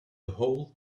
whole